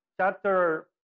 chapter